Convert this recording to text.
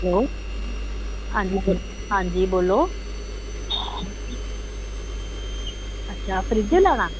अच्छा फ्रिज लेना